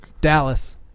Dallas